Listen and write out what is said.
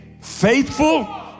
faithful